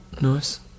Nice